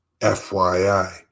FYI